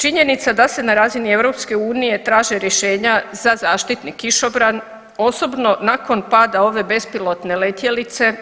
Činjenica da se na razini EU traće rješenja za zaštitni kišobran osobno nakon pada ove bespilotne letjelice